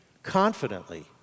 confidently